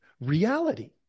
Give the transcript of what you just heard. reality